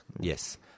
yes